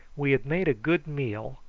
we had made a good meal,